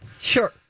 Sure